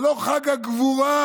זה לא חג הגבורה,